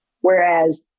Whereas